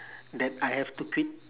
that I have to quit